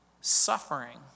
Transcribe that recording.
suffering